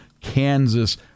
Kansas